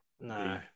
no